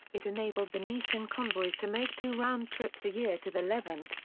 it enabled venetian convoys to make two round trips a year to the levant,